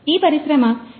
కాబట్టి ఈ పరిశ్రమ 4